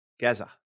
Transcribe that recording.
Gaza